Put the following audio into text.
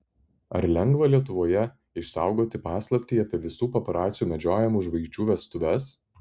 ar lengva lietuvoje išsaugoti paslaptį apie visų paparacių medžiojamų žvaigždžių vestuves